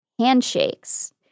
Handshakes